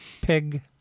pig